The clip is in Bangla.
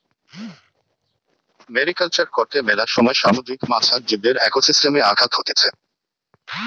মেরিকালচার কর্তে মেলা সময় সামুদ্রিক মাছ আর জীবদের একোসিস্টেমে আঘাত হতিছে